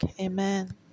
Amen